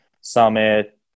Summit